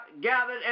gathered